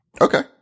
Okay